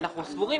אנחנו סבורים,